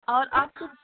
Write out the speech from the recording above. और आप तो